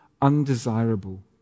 undesirable